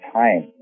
time